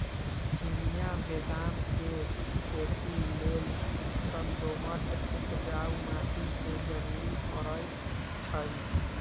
चिनियाँ बेदाम के खेती लेल चिक्कन दोमट उपजाऊ माटी के जरूरी पड़इ छइ